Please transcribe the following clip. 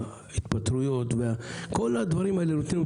ההתפטרויות כל הדברים האלה נותנים לנו